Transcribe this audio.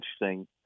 interesting